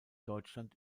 deutschland